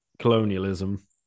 colonialism